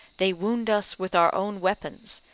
they wound us with our own weapons,